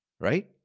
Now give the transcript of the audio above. right